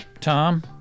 Tom